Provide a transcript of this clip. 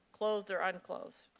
closed-door unclothed.